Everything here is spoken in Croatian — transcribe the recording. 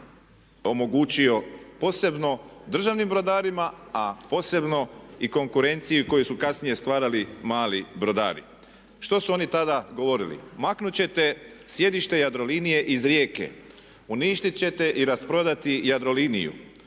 omogućio posebno državnim brodarima a posebno i konkurenciji koju su kasnije stvarali mali brodari. Što su oni tada govorili? Maknut ćete sjedište Jadrolinije iz Rijeke, uništiti će te i rasprodati Jadroliniju,